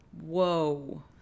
Whoa